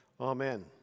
Amen